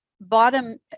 bottom